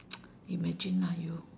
imagine ah you